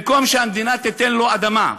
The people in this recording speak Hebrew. במקום שהמדינה תיתן לו אדמה,